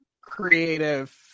creative